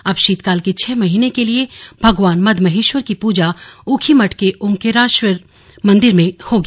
अब शीतकाल के छह महीने के लिये भगवान मद महेश्वर की पूजा ऊखीमठ के ओंकारेश्वर मंदिर में होगी